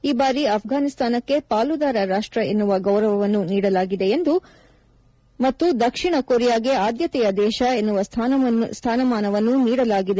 ಈ ಬಾರಿ ಅಫ್ಟಾನಿಸ್ತಾನಕ್ಕೆ ಪಾಲುದಾರ ರಾಷ್ಟ ಎನ್ನುವ ಗೌರವವನ್ನು ನೀಡಲಾಗಿದೆ ಮತ್ತು ದಕ್ಷಿಣ ಕೊರಿಯಾಗೆ ಆದ್ಯತೆಯ ದೇಶ ಎನ್ನುವ ಸ್ಥಾನಮಾನವನ್ನು ನೀಡಲಾಗಿದೆ